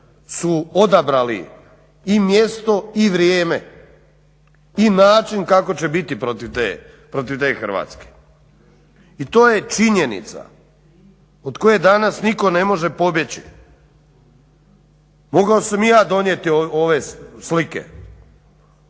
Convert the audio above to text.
su odabrali i mjesto i vrijeme i način kako će biti protiv te Hrvatske. I to je činjenica od koje danas nitko ne može pobjeći. Mogao sam i ja donijeti ove slike.